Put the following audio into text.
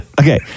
Okay